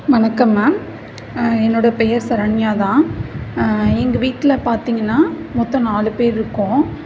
வணக்கம் மேம் என்னோடய பெயர் சரண்யா தான் எங்கள் வீட்டில பார்த்திங்கன்னா மொத்தம் நாலு பேர் இருக்கோம்